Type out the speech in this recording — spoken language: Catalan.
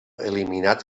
eliminat